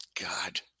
god